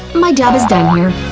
my job is done here.